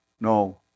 No